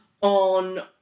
on